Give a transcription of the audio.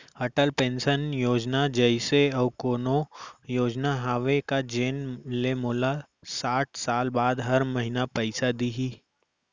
Atal pension Yojana जइसे अऊ कोनो योजना हावे का जेन ले मोला साठ साल बाद हर महीना पइसा दिही?